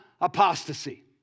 apostasy